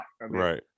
Right